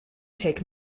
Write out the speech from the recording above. take